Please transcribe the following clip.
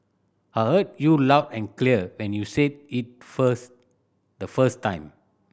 I heard you loud and clear when you said it first the first time